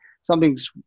Something's